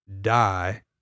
die